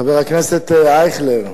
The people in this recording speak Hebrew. חבר הכנסת אייכלר,